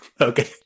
Okay